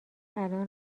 الان